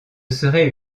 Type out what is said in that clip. serait